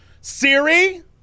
Siri